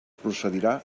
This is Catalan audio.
procedirà